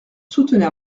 soutenir